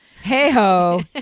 Hey-ho